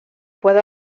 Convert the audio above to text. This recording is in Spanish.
puedo